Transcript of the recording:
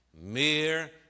Mere